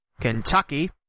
Kentucky